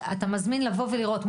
אתה מזמין לבוא ולראות?